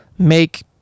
make